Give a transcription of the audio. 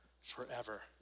forever